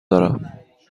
دارم